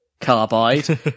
carbide